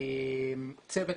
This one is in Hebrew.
צוות